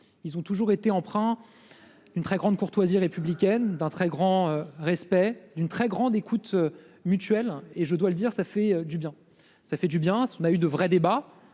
ils ont toujours été empreint. D'une très grande courtoisie républicaine d'un très grand respect d'une très grande écoute mutuelle et je dois le dire, ça fait du bien ça fait du bien. On a eu de vrais débats.